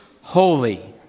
holy